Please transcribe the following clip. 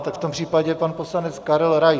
Tak v tom případě pan poslanec Karel Rais.